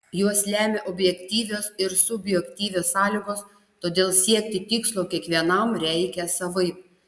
juos lemia objektyvios ir subjektyvios sąlygos todėl siekti tikslo kiekvienam reikia savaip